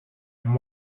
and